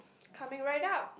coming right up